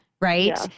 right